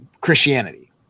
Christianity